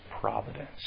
providence